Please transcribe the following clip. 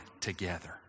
together